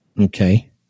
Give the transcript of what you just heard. Okay